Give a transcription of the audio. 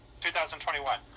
2021